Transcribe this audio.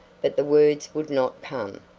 but the words would not come,